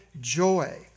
joy